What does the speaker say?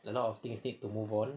a lot of things need to move on